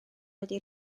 wedi